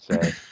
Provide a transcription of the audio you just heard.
say